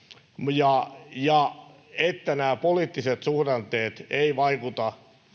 ja ja että nämä poliittiset suhdanteet eivät vaikuta